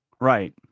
right